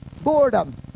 Boredom